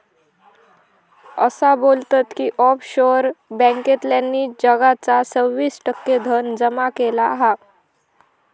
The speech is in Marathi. असा बोलतत की ऑफशोअर बॅन्कांतल्यानी जगाचा सव्वीस टक्के धन जमा केला हा